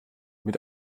mit